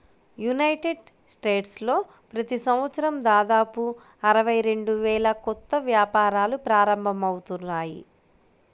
United స్టేట్స్లో ప్రతి సంవత్సరం దాదాపు అరవై రెండు వేల కొత్త వ్యాపారాలు ప్రారంభమవుతాయి